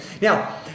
Now